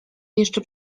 jeszcze